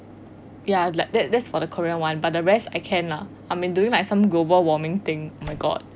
ya like that that is for the korean one but the rest I can lah I've been doing like some global thing oh my god